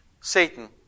Satan